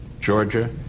Georgia